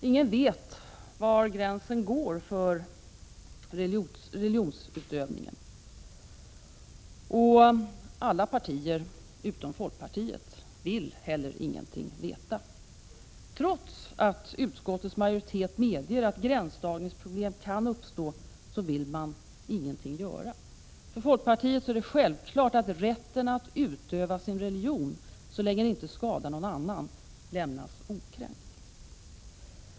Ingen vet var gränsen går för religionsutövning. Alla partier utom folkpartiet vill heller ingenting veta. Trots att utskottets majoritet medger att gränsdragningsproblem kan uppstå vill man inget göra. För folkpartiet är det självklart att rätten att utöva sin religion, så länge det inte skadar någon annan, lämnas okränkt.